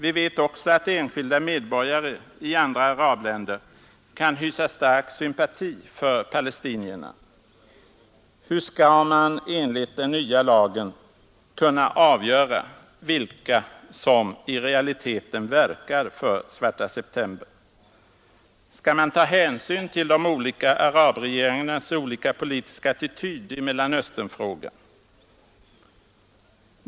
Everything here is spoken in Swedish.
Vi vet också att enskilda medborgare i andra arabländer kan hysa stark sympati för palestinierna. Hur skall man enligt den nya lagen kunna avgöra vilka som i realiteten verkar för Svarta september? Skall man ta hänsyn till de olika arabregeringarnas skilda politiska attityder i Mellersta Östern-frågan?